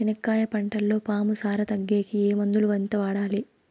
చెనక్కాయ పంటలో పాము సార తగ్గేకి ఏ మందులు? ఎంత వాడాలి?